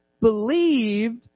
believed